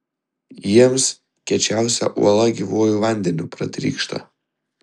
jiems kiečiausia uola gyvuoju vandeniu pratrykšta